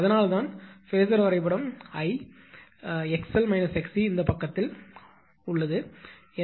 அதனால்தான் இந்த ஃபேஸர் வரைபடம் 𝐼 𝑥𝑙 𝑥𝑐 இந்த பக்கத்தில் வலதுபுறம் உள்ளது